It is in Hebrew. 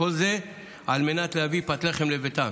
כל זה על מנת להביא פת לחם לבית.